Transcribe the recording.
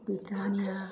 Britannia